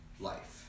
life